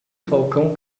falcão